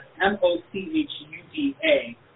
M-O-C-H-U-D-A